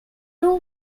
two